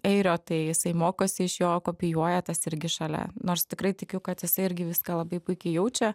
airio tai jisai mokosi iš jo kopijuoja tas irgi šalia nors tikrai tikiu kad jisai irgi viską labai puikiai jaučia